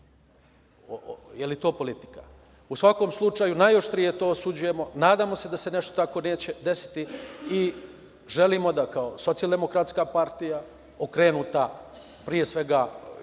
Je li to politika?U svakom slučaju najoštrije to osuđujemo. Nadamo se da se nešto tako neće desiti i želimo da kao socijaldemokratska partija okrenuta pre svega